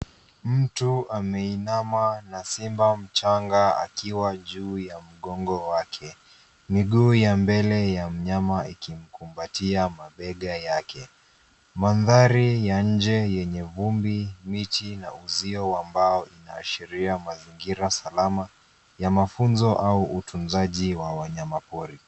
Mtu ameinamna na simba mchanga akiwa juu ya mgongo wake. Miguu ya mbele ya mnyama ikimkumbatia mabega yake. Mandhari ya nje yenye vumbi, miti na uzio wa mbao inaashiria mazingira salama ya mafunzo au utunzaji wa wanyama pori.